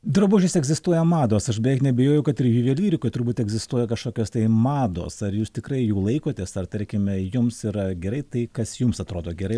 drabužiuose egzistuoja mados aš beveik neabejoju kad ir juvelyrikoj turbūt egzistuoja kažkokios tai mados ar jūs tikrai jų laikotės ar tarkime jums yra gerai tai kas jums atrodo gerai